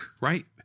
right